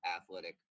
athletic